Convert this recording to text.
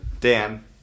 Dan